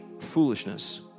foolishness